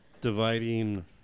dividing